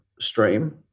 stream